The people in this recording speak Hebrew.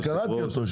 קראתי אותו.